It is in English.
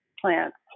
plants